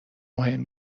مهم